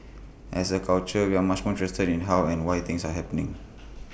as A culture we are much more interested in how and why things are happening